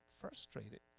frustrated